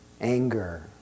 Anger